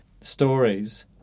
stories